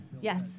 Yes